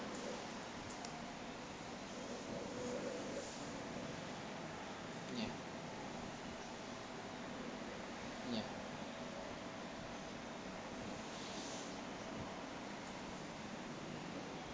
ya ya